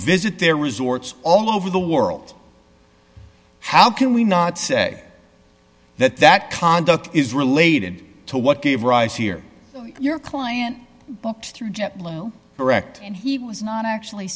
visit their resorts all over the world how can we not say that that conduct is related to what gave rise here your client booked through jet blue wrecked and he was not actually